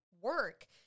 work